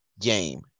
game